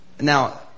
Now